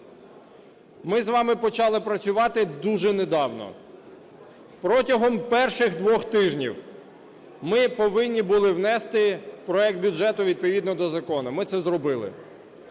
ми з вами почали працювати дуже недавно. Протягом перших двох тижнів ми повинні були внести проект бюджету відповідно до закону. Ми це зробили.